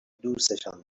دوستشان